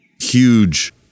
huge